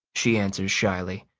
she answers shyly,